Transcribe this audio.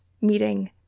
meeting